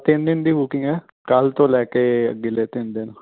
ਤਿੰਨ ਦਿਨ ਦੀ ਬੁਕਿੰਗ ਹੈ ਕੱਲ ਤੋਂ ਲੈ ਕੇ ਅਗਲੇ ਤਿੰਨ ਦਿਨ